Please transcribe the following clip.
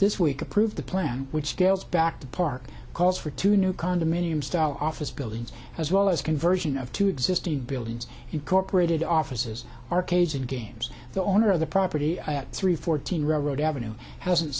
this week approved the plan which hails back to park calls for two new condominium style office buildings as well as conversion of to existing buildings incorporated offices arcades and games the owner of the property at three fourteen railroad avenue hasn't